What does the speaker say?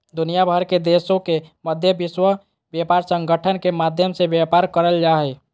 दुनिया भर के देशों के मध्य विश्व व्यापार संगठन के माध्यम से व्यापार करल जा हइ